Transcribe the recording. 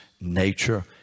nature